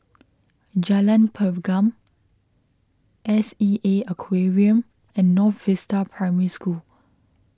Jalan Pergam S E A Aquarium and North Vista Primary School